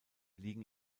liegen